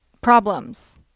problems